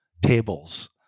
tables